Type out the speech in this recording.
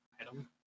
item